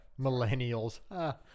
Millennials